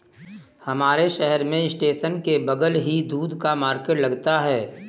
हमारे शहर में स्टेशन के बगल ही दूध का मार्केट लगता है